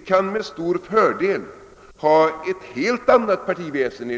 Vi kan med mycket stor fördel enligt min uppfattning ha ett helt annat partiväsen